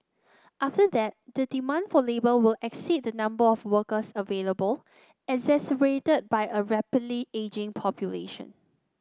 after that the demand for labour will exceed the number of workers available exacerbated by a rapidly ageing population